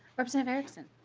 representative erickson.